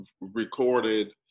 recorded